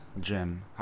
gym